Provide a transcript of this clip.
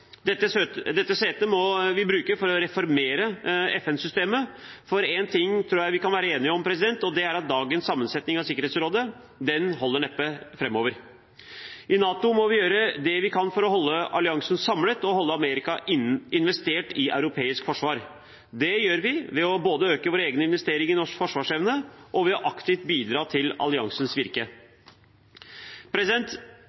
Dette setet må vi bruke for å reformere FN-systemet, for én ting tror jeg vi kan være enige om, og det er at dagens sammensetning av Sikkerhetsrådet neppe holder framover. I NATO må vi gjøre det vi kan for å holde alliansen samlet og Amerika investert i europeisk forsvar. Det gjør vi både ved å øke vår egen investering i norsk forsvarsevne og ved å bidra aktivt til alliansens